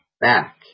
back